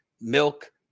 milk